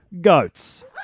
goats